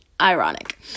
Ironic